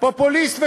פופוליסט וקומוניסט.